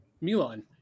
Milan